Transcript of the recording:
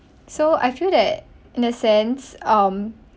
so I feel that in a sense um